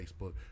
Facebook